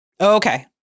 Okay